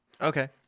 Okay